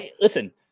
Listen